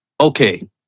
okay